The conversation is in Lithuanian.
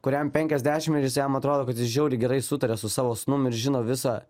kuriam penkiasdešim ir jis jam atrodo kad jis žiauriai gerai sutaria su savo sūnum ir žino visą